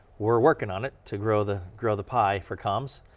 we're working on it to grow the grow the pie for comms.